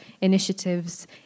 initiatives